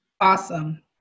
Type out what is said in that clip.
awesome